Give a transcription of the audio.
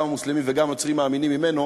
גם המוסלמים וגם הנוצרים מאמינים בו.